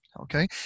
Okay